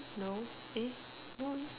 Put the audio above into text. no eh why